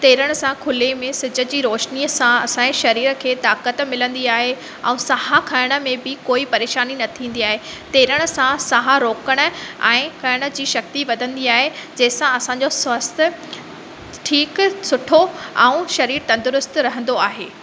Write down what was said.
तैरण सां खुले में सिज जी रोशनीअ सां असांजे शरीर खे ताक़त मिलंदी आहे ऐं साउ खणण में बि कोई परेशानी न थींदी आहे तैरण सां साउ रोकणु ऐं खणण जी शक्ति वधंदी आहे जंहिं सां असांजो स्वास्थ्य ठीकु सुठो ऐं शरीरु तंदुरुस्त रहंदो आहे